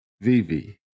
Vivi